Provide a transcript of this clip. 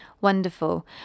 Wonderful